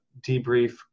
debrief